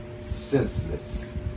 senseless